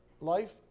life